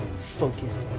focused